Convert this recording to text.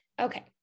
Okay